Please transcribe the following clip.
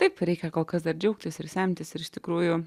taip reikia kol kas dar džiaugtis ir semtis ir iš tikrųjų